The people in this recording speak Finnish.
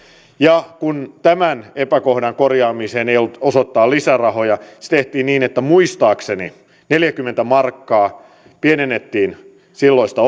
ja kun tämän epäkohdan korjaamiseen ei ollut osoittaa lisärahoja se tehtiin niin että muistaakseni neljäkymmentä markkaa pienennettiin silloista